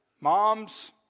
moms